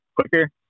quicker